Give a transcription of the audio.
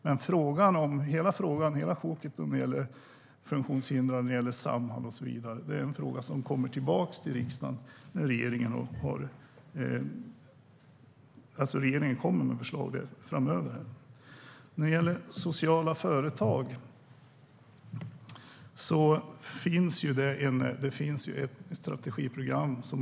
Men hela frågan när det gäller funktionshindrade, Samhall och så vidare kommer tillbaka till riksdagen i ett förslag från regeringen. När det gäller sociala företag har Arbetsförmedlingen ett strategiprogram.